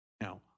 now